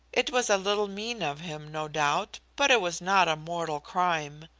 it was a little mean of him, no doubt, but it was not a mortal crime.